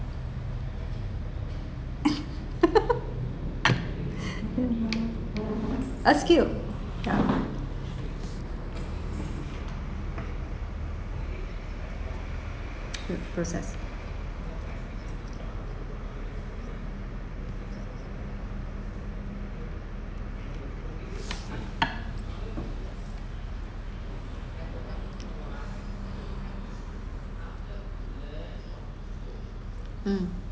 a skill ya